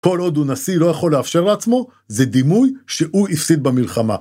כל עוד הוא נשיא לא יכול לאפשר עצמו, זה דימוי שהוא הפסיד במלחמה.